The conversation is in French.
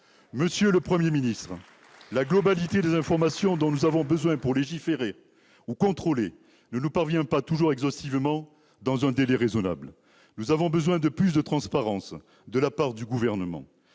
Monsieur le Premier ministre, la totalité des informations dont nous avons besoin pour légiférer ou contrôler ne nous parvient pas toujours exhaustivement dans un délai raisonnable. Nous avons besoin de plus de transparence de la part du Gouvernement.